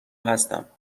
هستم